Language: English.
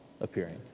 appearing